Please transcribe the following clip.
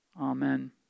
Amen